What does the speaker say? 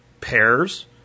pears